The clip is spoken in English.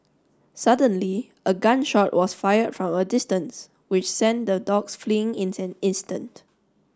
suddenly a gun shot was fire from a distance which sent the dogs fleeing in an instant